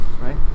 right